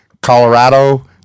colorado